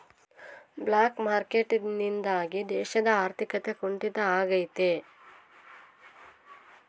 block market ನಿಂದಾಗಿ ದೇಶದ ಆರ್ಥಿಕತೆ ಕುಂಟಿತ ಆಗ್ತೈತೆ